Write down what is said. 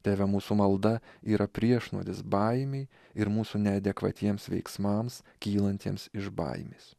tėve mūsų malda yra priešnuodis baimei ir mūsų neadekvatiems veiksmams kylantiems iš baimės